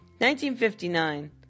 1959